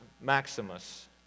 Maximus